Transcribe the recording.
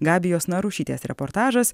gabijos narušytės reportažas